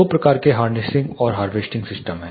दो प्रकार के हार्नेसिंग और हार्वेस्टिंग सिस्टम हैं